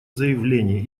заявление